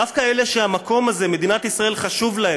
דווקא אלה שהמקום הזה, מדינת ישראל, חשוב להם,